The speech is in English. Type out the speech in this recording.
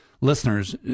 listeners